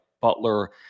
Butler